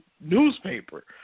newspaper